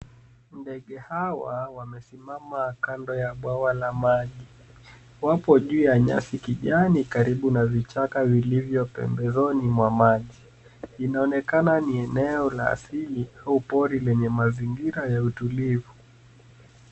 Ndege hawa wamesimama kando ya bwawa la maji. Wapo juu ya nyasi kijani karibu na vichaka vilivyoko pembezoni mwa maji. Inaonekana ni eneo la asili au pori lenye mazingira ya utulivu.